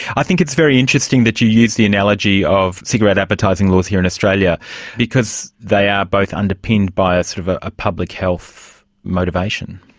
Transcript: i think it's very interesting that you use the analogy of cigarette advertising laws here in australia because they are both underpinned by a sort of ah ah public health motivation.